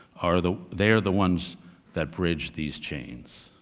are the, they are the ones that bridge these chains.